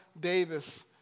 Davis